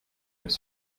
was